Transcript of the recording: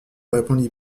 répondit